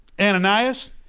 Ananias